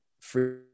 free